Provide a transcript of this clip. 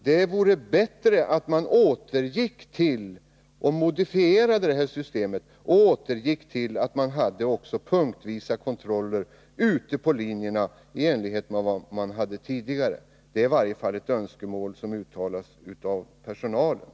Det vore bra om man modifierade systemet och återgick till kontroller punktvis ute på linjerna, som man hade tidigare. Det är i alla fall ett önskemål som uttalas av Nr 13 personalen.